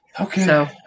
Okay